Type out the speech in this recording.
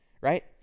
right